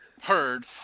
heard